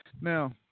Now